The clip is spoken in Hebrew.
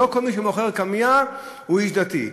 לא כל מי שמוכר קמע הוא איש דתי,